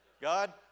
God